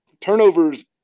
turnovers